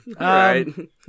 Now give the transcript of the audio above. right